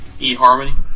eHarmony